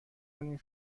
کنین